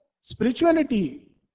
spirituality